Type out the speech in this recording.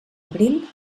abril